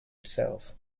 itself